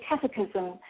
catechism